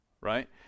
right